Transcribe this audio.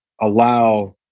allow